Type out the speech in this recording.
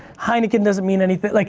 heineken doesn't mean anything, like